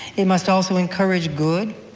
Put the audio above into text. it must also encourage good,